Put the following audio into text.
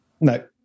no